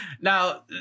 now